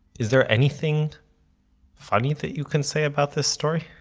is there anything funny that you can say about this story?